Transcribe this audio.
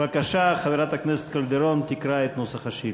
בבקשה, חברת הכנסת קלדרון תקרא את נוסח השאילתה.